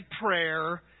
prayer